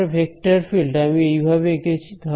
আমার vector field আমি এইভাবে এঁকেছি